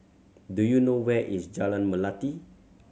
do you know where is Jalan Melati